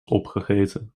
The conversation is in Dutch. opgegeten